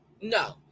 No